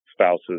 spouses